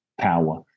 power